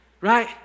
right